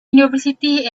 university